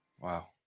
Wow